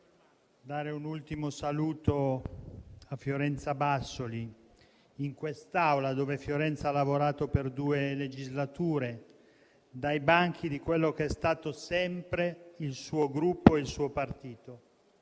dare un ultimo saluto a Fiorenza Bassoli in quest'Aula, dove Fiorenza ha lavorato per due legislature, dai banchi di quello che è stato sempre il suo Gruppo e il suo partito.